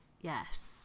Yes